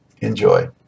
Enjoy